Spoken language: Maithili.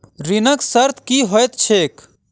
ऋणक शर्त की होइत छैक?